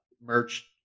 merch